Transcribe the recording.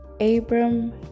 Abram